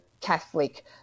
Catholic